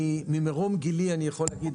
ממרום גילי אני יכול להגיד,